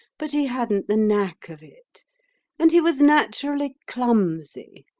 but he hadn't the knack of it and he was naturally clumsy.